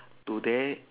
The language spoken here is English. today